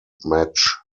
match